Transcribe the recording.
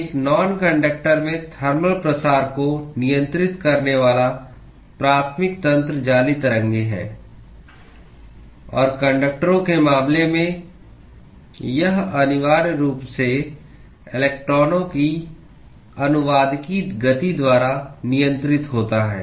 एक नांकंडक्टर में थर्मल प्रसार को नियंत्रित करने वाला प्राथमिक तंत्र जाली तरंगें हैं और कंडक्टरों के मामले में यह अनिवार्य रूप से इलेक्ट्रॉनों की अनुवादकीय गति द्वारा नियंत्रित होता है